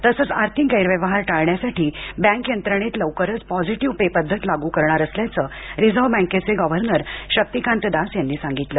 तसंच आर्थिक गैरव्यवहार टाळण्यासाठी बँक यंत्रणेत लवकरच पॉझिटिव्ह पे पद्धत लागू करणार असल्याचं रिझर्व्ह बँकेचे गव्हर्नर शक्तीकांत दास यांनी सांगितलं